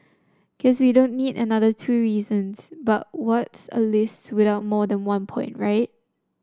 guess we don't need another two reasons but what's a list without more than one point right